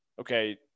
Okay